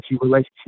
relationship